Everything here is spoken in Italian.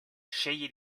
sceglie